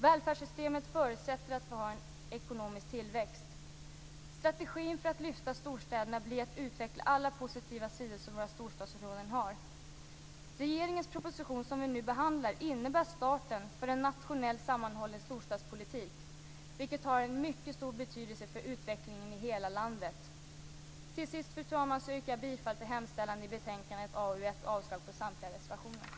Välfärdssystemet förutsätter att vi har en ekonomisk tillväxt. Strategin för att lyfta storstäderna blir att utveckla alla positiva sidor som våra storstadsregioner har. Regeringens proposition som vi nu behandlar innebär starten för en nationell sammanhållen storstadspolitik, vilket har en mycket stor betydelse för utvecklingen i hela landet. Till sist, fru talman, yrkar jag bifall till hemställan i betänkandet och avslag på samtliga reservationer.